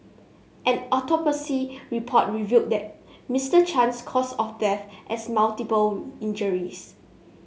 did I make her feel weird